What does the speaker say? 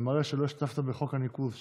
זה מראה שלא השתתפת בחוק הניקוז שהעברנו.